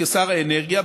כשר האנרגיה,